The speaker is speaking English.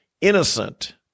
innocent